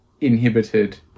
inhibited